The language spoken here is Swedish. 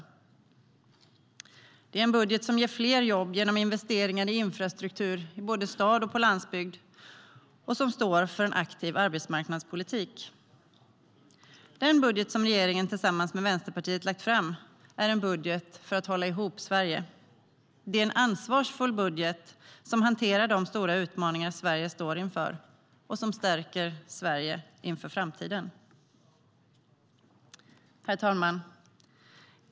Herr talman!